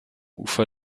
ufer